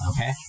okay